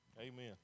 Amen